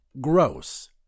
gross